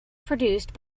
produced